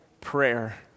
prayer